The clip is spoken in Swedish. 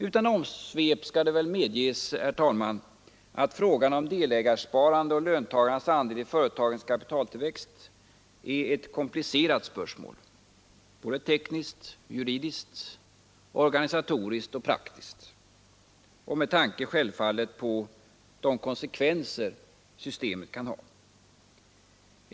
Utan omsvep skall det medges, herr talman, att frågan om delägarsparande och löntagarnas andel i företagens kapitaltillväxt är ett komplicerat spörsmål: såväl tekniskt, juridiskt som organisatoriskt och praktiskt och med tanke på de konsekvenser systemet kan ha.